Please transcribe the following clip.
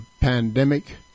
pandemic